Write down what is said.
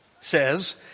says